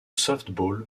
softball